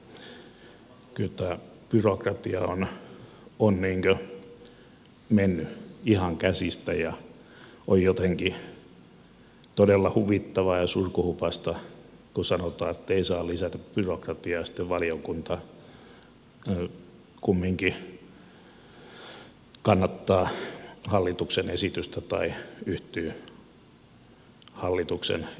kyllä tämä byrokratia on mennyt ihan käsistä ja on jotenkin todella huvittavaa ja surkuhupaista kun sanotaan ettei saa lisätä byrokratiaa ja sitten valiokunta kumminkin kannattaa hallituksen esitystä tai yhtyy hallituksen esitykseen